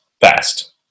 fast